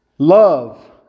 Love